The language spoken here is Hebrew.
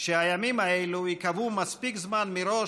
שהימים האלה ייקבעו מספיק זמן מראש,